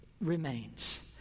remains